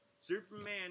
Superman